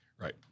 Right